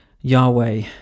Yahweh